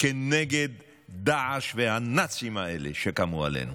כנגד דאעש והנאצים האלה שקמו עלינו.